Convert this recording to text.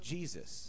Jesus